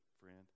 friend